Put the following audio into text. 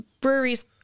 breweries